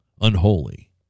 unholy